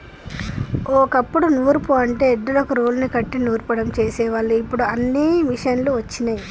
ఓ కప్పుడు నూర్పు అంటే ఎద్దులకు రోలుని కట్టి నూర్సడం చేసేవాళ్ళు ఇప్పుడు అన్నీ మిషనులు వచ్చినయ్